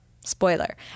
Spoiler